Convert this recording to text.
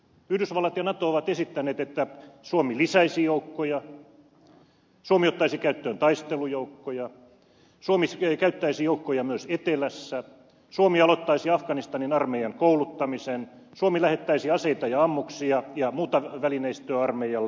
yhdysvallat ja nato ovat esittäneet että suomi lisäisi joukkoja suomi ottaisi käyttöön taistelujoukkoja suomi käyttäisi joukkoja myös etelässä suomi aloittaisi afganistanin armeijan kouluttamisen suomi lähettäisi aseita ja ammuksia ja muuta välineistöä armeijalle